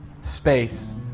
space